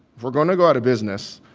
if we're going to go out of business,